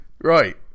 Right